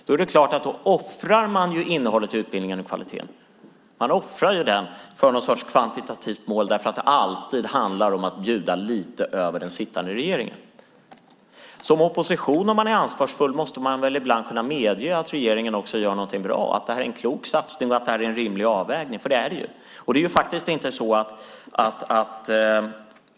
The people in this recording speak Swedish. Då offrar man ju innehållet i utbildningen och kvaliteten för någon sorts kvantitativt mål för att det alltid handlar om att bjuda lite över den sittande regeringen. Om man är ansvarsfull som opposition måste man väl ibland kunna medge att regeringen också gör någonting bra. Ni borde kunna säga att det här är en klok satsning och en rimlig avvägning, för det är det.